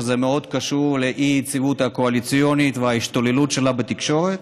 שזה מאוד קשור לאי-יציבות הקואליציונית ולהשתוללות שלה בתקשורת,